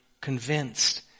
convinced